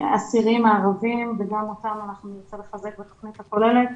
העצירים הערבים וגם אותם אנחנו נרצה לחזק בתוכנית הכוללת.